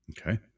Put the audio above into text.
Okay